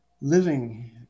living